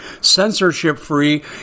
censorship-free